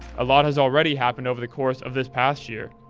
a lot has already happened over the course of this past year.